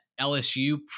LSU